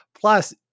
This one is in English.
Plus